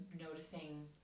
noticing